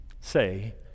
say